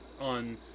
on